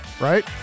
right